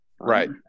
right